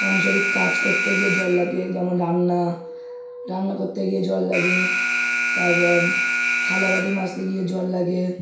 সাংসারিক কাজ করতে গিয়ে জল লাগে যেমন রান্না রান্না করতে গিয়ে জল লাগে তারপর থালা বাটি মাজতে গিয়ে জল লাগে